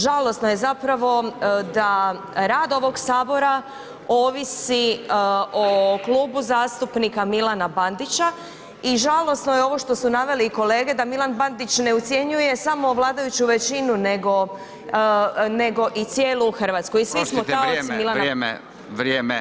Žalosno je zapravo da rad ovog Sabora ovisi o Klubu zastupnika Milana Bandića i žalosno je ovo što su naveli kolege da Milan Bandić ne ucjenjuje samo vladajuću većinu nego i cijelu Hrvatsku i svi smo taoci Milana.